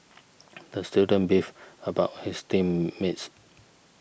the student beefed about his team mates